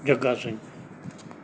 Jagga Singh